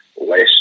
less